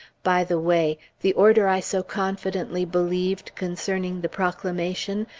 by the way the order i so confidently believed, concerning the proclamation,